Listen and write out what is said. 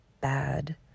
bad